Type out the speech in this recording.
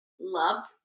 loved